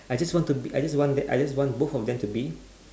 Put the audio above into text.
I just want to be I just want that I just want both of them to be